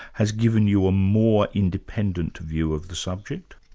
has given you a more independent view of the subject?